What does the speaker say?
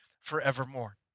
forevermore